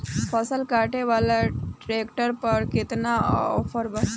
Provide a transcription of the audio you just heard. फसल काटे वाला ट्रैक्टर पर केतना ऑफर बा?